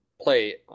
play